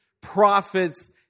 prophets